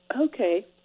Okay